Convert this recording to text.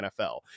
NFL